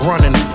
Running